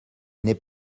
n’est